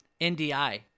NDI